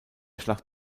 schlacht